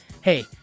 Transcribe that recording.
Hey